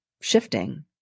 shifting